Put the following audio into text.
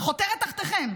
וחותרת תחתיכם.